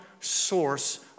source